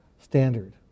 standard